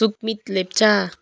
Sukmit Lepcha